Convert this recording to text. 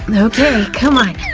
and ok, come on!